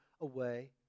away